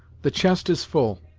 the chest is full,